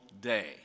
day